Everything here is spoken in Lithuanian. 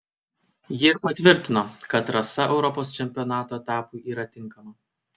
ji ir patvirtino kad trasa europos čempionato etapui yra tinkama